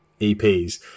EPs